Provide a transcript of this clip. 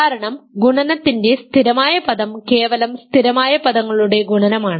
കാരണം ഗുണനത്തിന്റെ സ്ഥിരമായ പദം കേവലം സ്ഥിരമായ പദങ്ങളുടെ ഗുണനമാണ്